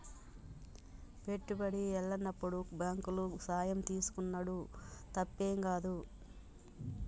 పెట్టుబడి ఎల్లనప్పుడు బాంకుల సాయం తీసుకునుడు తప్పేం గాదు